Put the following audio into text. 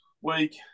week